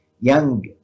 young